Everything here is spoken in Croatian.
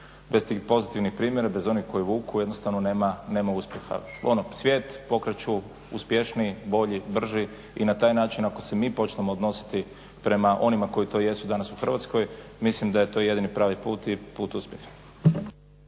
bez tih pozitivnih primjera i bez onih koji vuku jednostavno nema uspjeha. Ono svijet pokreću uspješniji, bolji, brži i na taj način ako se mi počnemo odnositi prema onima koji to jesu danas u Hrvatskoj mislim da je to jedini pravi put i put uspjeha.